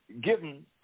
given